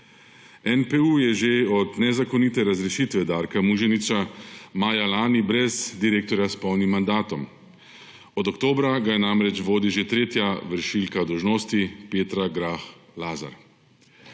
NPU je že od nezakonite razrešitve Darka Muženiča maja lani brez direktorja s polnim mandatom. Od oktobra ga namreč vodi že tretja vršilka dolžnosti Petra Grah Lazar.